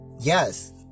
yes